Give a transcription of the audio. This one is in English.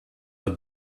the